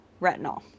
Retinol